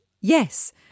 yes